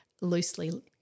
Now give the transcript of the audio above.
loosely